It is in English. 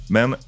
Men